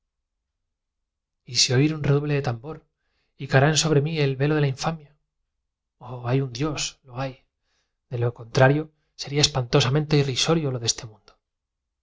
un redoble de tambor y caerá sobre mí el velo de la infamia oh hay un dios lo hay de lo contrario sería espantosamente irrisorio lo de este mundo